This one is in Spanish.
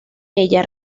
ella